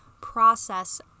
process